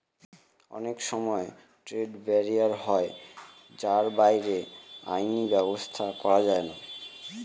অনেক সময়তো trade barrier হয় যার বাইরে আইনি ব্যাবস্থা করা যায়না